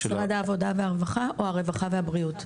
משרד העבודה והרווחה או הרווחה והבריאות?